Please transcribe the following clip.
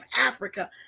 Africa